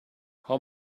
how